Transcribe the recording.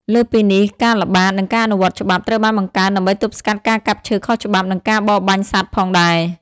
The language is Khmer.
លើសពីនេះ ការល្បាត និងការអនុវត្តច្បាប់ ត្រូវបានបង្កើនដើម្បីទប់ស្កាត់ការកាប់ឈើខុសច្បាប់ និងការបរបាញ់សត្វផងដែរ។